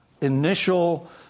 initial